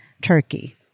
Turkey